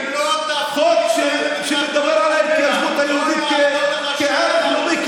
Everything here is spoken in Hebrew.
בישראל רק לעם היהודי יש זכות להגדרה עצמית על פי כל,